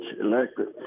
electric